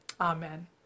Amen